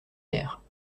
bière